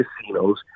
casinos